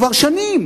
כבר שנים,